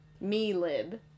me-lib